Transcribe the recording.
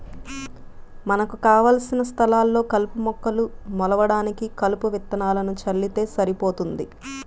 మనకు కావలసిన స్థలాల్లో కలుపు మొక్కలు మొలవడానికి కలుపు విత్తనాలను చల్లితే సరిపోతుంది